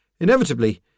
Inevitably